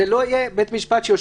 אני לא בטוח שהוא נדרש.